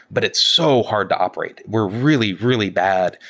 but it's so hard to operate. we're really, really bad.